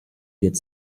get